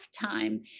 time